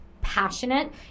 passionate